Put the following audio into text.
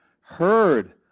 heard